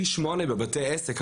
פי שמונה בבתי עסק,